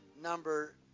number